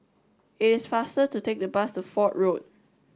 it is faster to take the bus to Fort Road